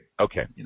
Okay